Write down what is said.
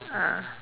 ah